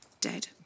dead